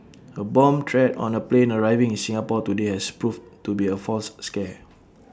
A bomb threat on A plane arriving in Singapore today has proved to be A false scare